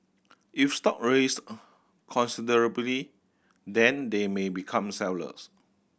if stock raise considerably then they may become sellers